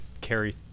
carry